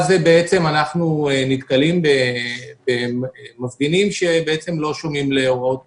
אז אנחנו נתקלים במפגינים שלא שומעים להוראות